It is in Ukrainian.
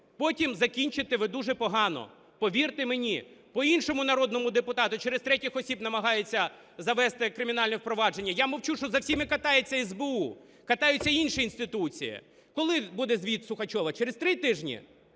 потім закінчите ви дуже погано, повірте мені. По іншому народному депутату через третіх осіб намагаються завести кримінальне провадження. Я мовчу, що за всіма катається СБУ, катаються інші інституції. Коли буде звіт Сухачова, через три тижні?